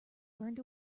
burned